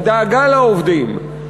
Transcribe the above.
הדאגה לעובדים,